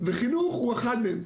וחינוך הוא אחד מהם.